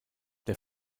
der